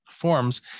forms